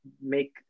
make